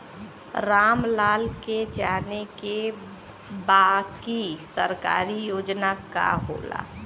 राम लाल के जाने के बा की सरकारी योजना का होला?